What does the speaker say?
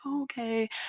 okay